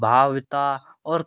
भावता और